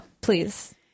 please